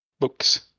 books